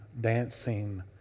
dancing